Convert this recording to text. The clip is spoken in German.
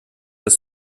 das